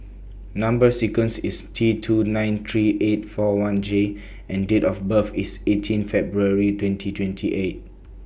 Number sequence IS T two nine three eight four one J and Date of birth IS eighteen February twenty twenty eight